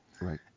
Right